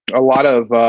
a lot of